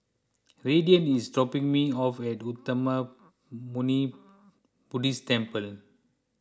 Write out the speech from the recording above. Raiden is dropping me off at Uttamayanmuni Buddhist Temple